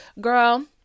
girl